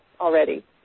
already